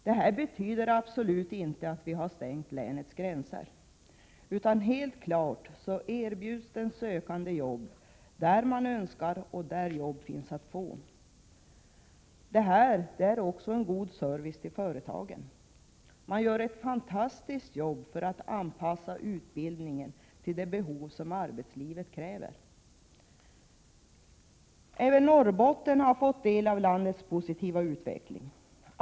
Detta betyder absolut inte att vi har stängt länets gränser, utan helt klart erbjuds de sökande jobb där de önskar och där jobb finns att få. Detta är också en god service till företagen. Det görs ett fantastiskt jobb för att anpassa utbildningen till de behov som arbetslivet har. Även Norrbotten har fått del av landets positiva utveckling.